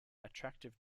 attractive